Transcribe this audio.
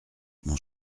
mon